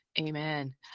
Amen